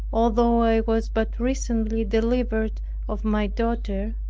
although i was but recently delivered of my daughter,